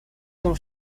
том